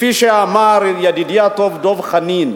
כפי שאמר ידידי הטוב דב חנין,